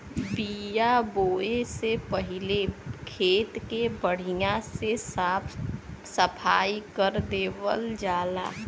बिया बोये से पहिले खेत के बढ़िया से साफ सफाई कर देवल जाला